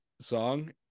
song